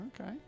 Okay